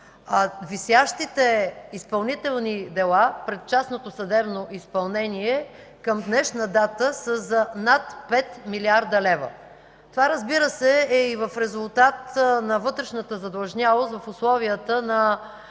висящите изпълнителни дела през частното съдебно изпълнение към днешна дата са за над 5 млрд. лв. Това, разбира се, е и в резултат на вътрешната задлъжнялост в условията на